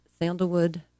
sandalwood